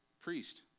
priest